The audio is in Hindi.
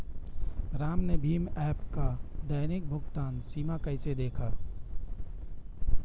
राम ने भीम ऐप का दैनिक भुगतान सीमा कैसे देखा?